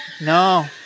No